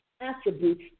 attributes